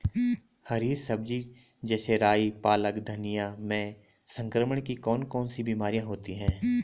हरी सब्जी जैसे राई पालक धनिया में संक्रमण की कौन कौन सी बीमारियां होती हैं?